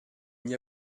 n’y